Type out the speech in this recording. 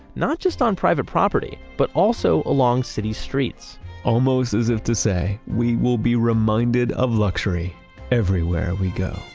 not just on private property, but also along city streets almost as if to say, we will be reminded of luxury everywhere we go.